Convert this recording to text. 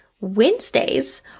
Wednesdays